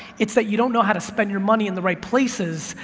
it's that you don't know how to spend your money in the right places,